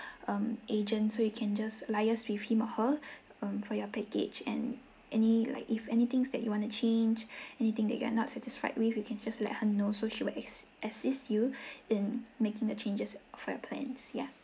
um agent so you can just liase with him or her um for your package and any like if anything that you want to change anything that you are not satisfied with you can just let her know so she will ass~ assists you in making the changes for your plans yeah